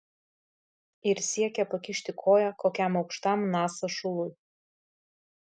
ir siekia pakišti koją kokiam aukštam nasa šului